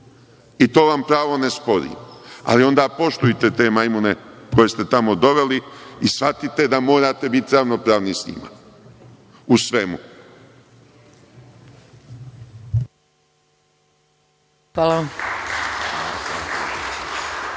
i to vam pravo ne sporimo, ali onda poštujte te majmune koje ste tamo doveli i shvatite da morate biti ravnopravni sa njima, u svemu. **Maja